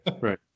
right